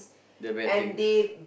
the bad things